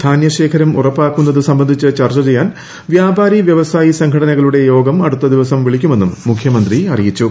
ധാന്യശേഖരം ഉറപ്പാക്കുന്നത് സംബന്ധിച്ച് ചർച്ച ചെയ്യാൻ പ്പ്യാപാരി വ്യവസായി സംഘടനകളുടെ യോഗം അടുത്തുട്ടിപ്പ്സം വിളിക്കുമെന്നും മുഖ്യമന്ത്രി അറിയിച്ചു